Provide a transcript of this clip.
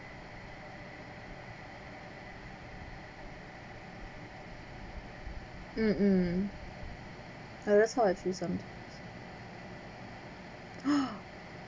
mm mm ya that's how I feel sometimes